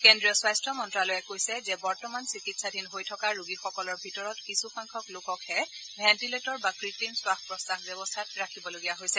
কেন্ৰীয় স্বাস্থ্য মন্ত্যালয়ে কৈছে যে বৰ্তমান চিকিৎসাধীন হৈ থকা ৰোগীসকলৰ ভিতৰত কিছু সংখ্যক লোককহে ভেণ্টিলেটৰ বা কৃত্ৰিম খাস প্ৰশ্বাস ব্যৱস্থাত ৰাখিবলগীয়া হৈছে